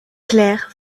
clair